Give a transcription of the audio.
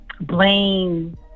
blame